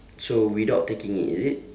so without taking it is it